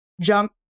jump